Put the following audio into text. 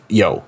yo